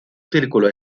círculo